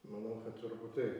manau kad turbūt taip